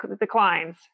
declines